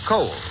Coal